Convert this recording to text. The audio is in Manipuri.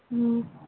ꯎꯝ